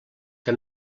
que